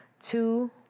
Two